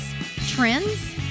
trends